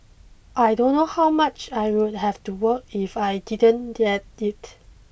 I don't know how much I would have to work if I didn't get it